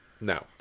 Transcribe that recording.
No